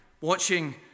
watching